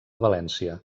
valència